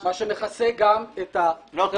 מה שמכסה --- זה